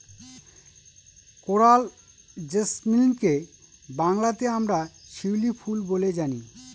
coral জেসমিনকে বাংলাতে আমরা শিউলি ফুল বলে জানি